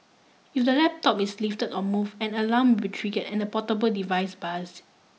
if the laptop is lifted or move an alarm will be trigger and the portable device buzzed